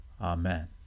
Amen